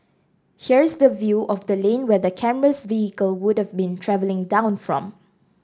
here's the view of the lane where the camera's vehicle would've been travelling down from